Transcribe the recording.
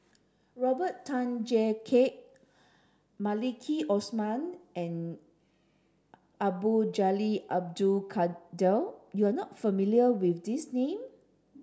Robert Tan Jee Keng Maliki Osman and Abdul Jalil Abdul Kadir you are not familiar with these name